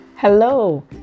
Hello